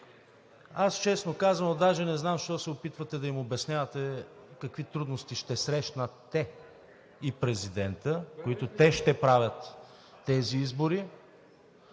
аз, честно казано, даже не знам защо се опитвате да им обяснявате какви трудности ще срещнат те и президентът – те ще правят тези избори.